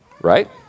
right